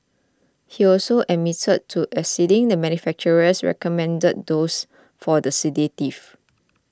he also admitted to exceeding the manufacturer's recommended dosage for the sedative